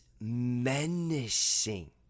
menacing